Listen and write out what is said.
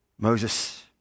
Moses